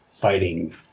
fighting